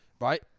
right